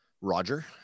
Roger